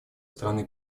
стороны